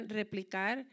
replicar